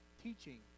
teaching